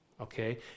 okay